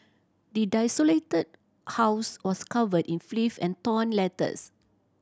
the desolated house was covered in filth and torn letters